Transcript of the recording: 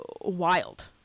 wild